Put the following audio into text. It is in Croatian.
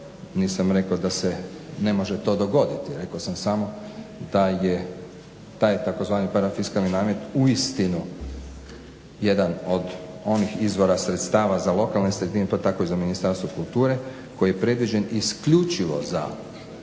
nisam rekao da se ne može to dogoditi, rekao sam samo da je taj tzv. parafiskalni namet uistinu jedan od onih izvora sredstava za lokalne sredine pa tako i za Ministarstvo kulture koji je predviđen isključivo za